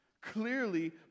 Clearly